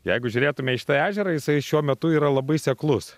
jeigu žiūrėtume į šitą ežerą jisai šiuo metu yra labai seklus